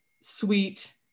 sweet